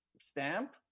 stamp